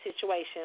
situation